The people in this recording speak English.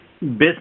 business